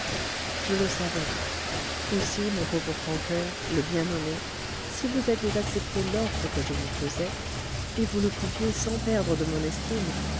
je le savais aussi mon pauvre francoeur le bien nommé si vous aviez accepté l'offre que je vous faisais et vous le pouviez sans perdre de mon estime